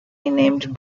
renamed